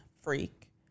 Freak